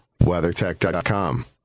WeatherTech.com